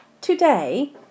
Today